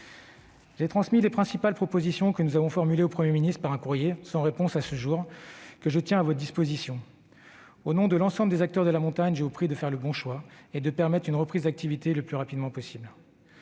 ministre les principales propositions que nous avions formulées. Il est resté sans réponse à ce jour ; je le tiens à votre disposition. Au nom de l'ensemble des acteurs de la montagne, je vous prie de faire le bon choix et de permettre une reprise d'activité le plus rapidement possible.